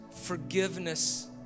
forgiveness